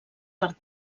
per